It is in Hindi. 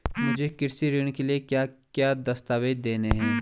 मुझे कृषि ऋण के लिए क्या क्या दस्तावेज़ देने हैं?